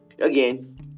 again